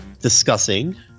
discussing